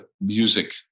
music